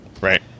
Right